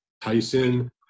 tyson